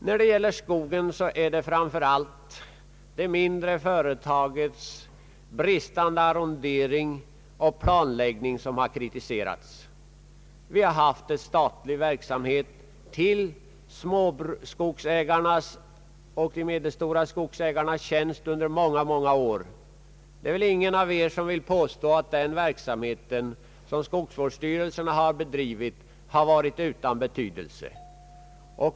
När det gäller skogen är det framför allt det mindre företagets arrondering och bristande planläggning som har kritiserats. Vi har haft en statlig verksamhet till de små och medelstora skogsägarnas tjänst under många år. Det är väl ingen som vill påstå att den verksamheten, som skogsvårdsstyrelsen har bedrivit, har varit utan betydelse.